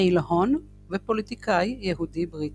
איל הון ופוליטיקאי יהודי-בריטי,